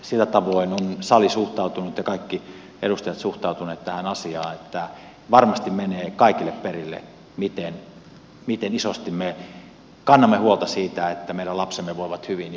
sillä tavoin on sali suhtautunut ja kaikki edustajat suhtautuneet tähän asiaan että varmasti menee kaikille perille miten isosti me kannamme huolta siitä että meidän lapsemme voivat hyvin ja heihin ei kosketa